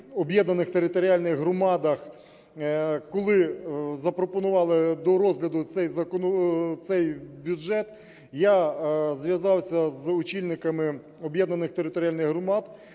об'єднаних територіальних громадах. Коли запропонували до розгляду цей бюджет, я зв'язався з очільниками об'єднаних територіальних громад,